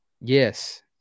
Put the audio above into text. yes